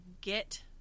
get